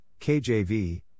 KJV